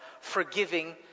forgiving